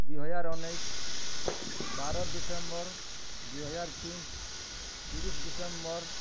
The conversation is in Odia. ଦୁଇହଜାର ଉଣେଇଶହ ବାର ଡିସେମ୍ବର ଦୁଇହଜାର ତିନି ତିରିଶ ଡିସେମ୍ବର